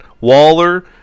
Waller